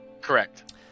Correct